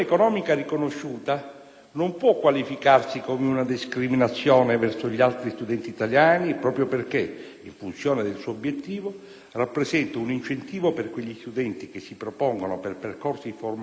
non può qualificarsi come una discriminazione verso gli altri studenti italiani proprio perché, in funzione del suo obiettivo, rappresenta un incentivo per quegli studenti che si propongono per percorsi formativi più impegnativi